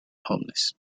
homeless